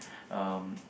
um